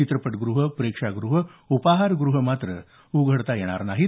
चित्रपटगृहं प्रेक्षागृहं उपाहारगृहं मात्र उघडता येणार नाहीत